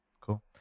cool